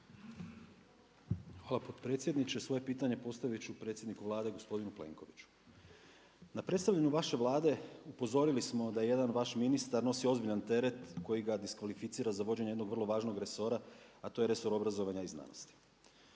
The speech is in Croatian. Hvala potpredsjedniče. Svoje pitanje postavit ću predsjedniku Vlade gospodinu Plenkoviću. Na predstavljanju vaše Vlade upozorili smo da jedan vaš ministar nosi ozbiljan teret koji ga diskvalificira za vođenje jednog vrlo važnog resora, a to je resor obrazovanja i znanosti.